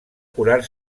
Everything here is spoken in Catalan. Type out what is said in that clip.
curar